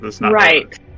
Right